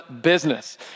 business